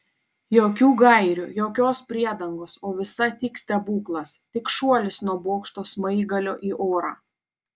jokių gairių jokios priedangos o visa tik stebuklas tik šuolis nuo bokšto smaigalio į orą